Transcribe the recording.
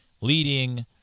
leading